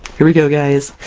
here we go guys!